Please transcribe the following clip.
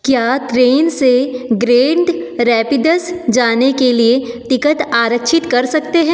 क्या त्रेन से Grand Rapids जाने के लिए टिकट आरक्षित कर सकते हैं